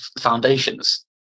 foundations